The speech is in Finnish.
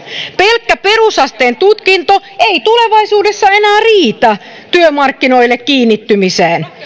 pelkkä perusasteen tutkinto ei tulevaisuudessa enää riitä työmarkkinoille kiinnittymiseen